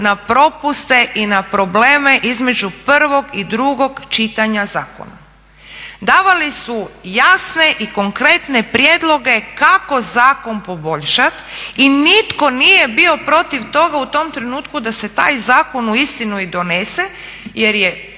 na propuste i na probleme između prvog i drugog čitanja zakona. Davali su jasne i konkretne prijedloge kako zakon poboljšati i nitko nije bio protiv toga u tom trenutku da se taj zakon uistinu i donese jer je